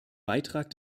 beitrag